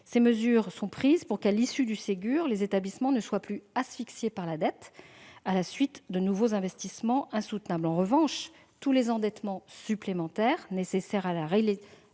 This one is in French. Ces mesures sont prises pour que, à l'issue du Ségur, les établissements ne soient plus asphyxiés par leur dette, à la suite de nouveaux investissements insoutenables. En revanche, tous les endettements supplémentaires nécessaires à la réalisation